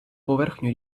поверхню